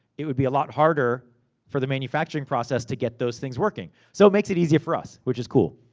it would be a lot harder for the manufacturing process to get those things working. so, it makes it easier for us, which is cool.